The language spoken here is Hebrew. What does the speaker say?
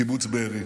בקיבוץ בארי.